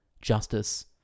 justice